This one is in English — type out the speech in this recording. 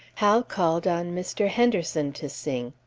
hal called on mr. henderson to sing.